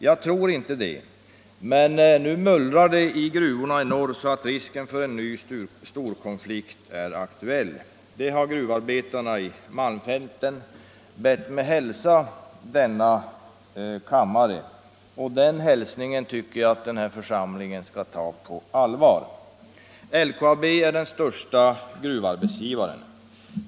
Jag tror inte det, men nu mullrar det i gruvorna i norr så att risken för en ny storkonflikt är aktuell. Det har gruvarbetarna i malmfälten bett mig hälsa denna kammare, och den hälsningen tycker jag att denna församling skall ta på allvar. LKAB är den största gruvarbetsgivaren.